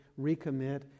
recommit